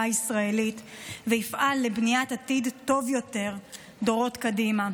הישראלית ויפעל לבניית עתיד טוב יותר דורות קדימה,